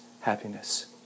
happiness